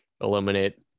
eliminate